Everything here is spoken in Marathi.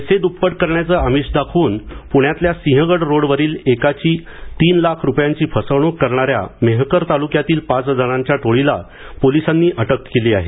पैसे दुप्पट करण्याचं आमिष दाखवून पुण्यातल्या सिंहगड रोडवरील एकाची तीन लाख रुपयांची फसवणूक करणाऱ्या मेहकर तालुक्यातील पाच जणांच्या टोळीला पोलिसांनी अटक केली आहे